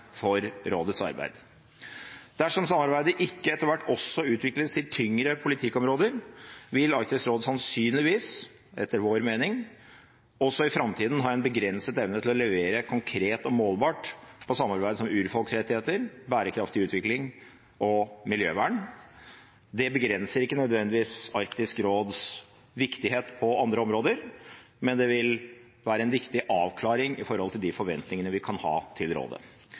for rådets arbeid. Dersom samarbeidet ikke etter hvert også utvides til tyngre politikkområder, vil Arktisk råd sannsynligvis etter vår mening også i framtiden ha en begrenset evne til å levere konkret og målbart på samarbeid som urfolksrettigheter, bærekraftig utvikling og miljøvern. Det begrenser ikke nødvendigvis Arktisk råds viktighet på andre områder, men det vil være en viktig avklaring i forhold til de forventninger vi kan ha til rådet.